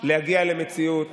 להגיע למציאות